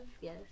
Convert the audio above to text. yes